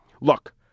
Look